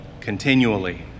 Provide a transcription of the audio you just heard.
continually